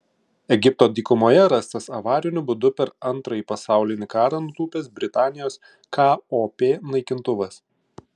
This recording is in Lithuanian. egipto dykumoje rastas avariniu būdu per antrąjį pasaulinį karą nutūpęs britanijos kop naikintuvas